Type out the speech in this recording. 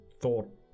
thought